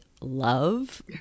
love